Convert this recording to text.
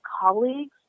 colleagues